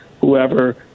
whoever